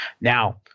now